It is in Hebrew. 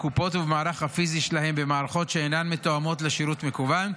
הקופות ובמערך הפיזי שלהם במערכות שאינן מתואמות לשירות מקוון,